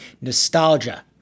Nostalgia